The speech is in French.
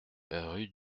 rue